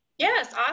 Yes